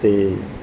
ਅਤੇ